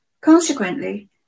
Consequently